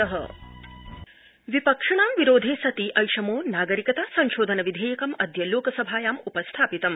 लोकसभा विपक्षिणां विरोधे सति ऐषमो नागरिकता संशोधन विधेयकं अद्य लोकसभायाम् उपस्थापितम्